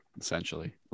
essentially